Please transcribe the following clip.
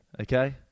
okay